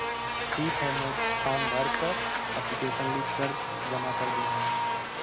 ठीक है मैं फाम भर कर ऐप्लिकैशन लिख कर जमा कर दे रहा हूँ